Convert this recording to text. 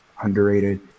underrated